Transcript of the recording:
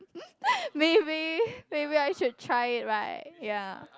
maybe maybe I should try it right ya